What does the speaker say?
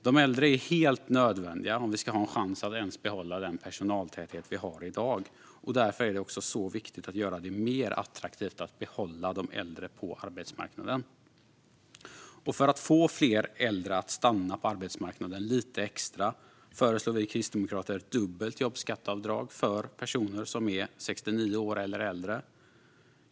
De äldre är helt nödvändiga om vi ska ha en chans att ens behålla den personaltäthet vi har i dag. Därför är det viktigt att göra det mer attraktivt för de äldre att stanna kvar på arbetsmarknaden. För att få fler äldre att stanna lite längre på arbetsmarknaden föreslår vi kristdemokrater ett dubbelt jobbskatteavdrag för personer som är 69 år eller äldre.